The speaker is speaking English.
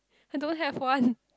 I don't have one